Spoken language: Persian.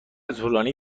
طولانی